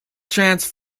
chance